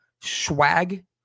swag